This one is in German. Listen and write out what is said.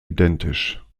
identisch